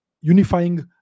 unifying